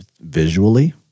visually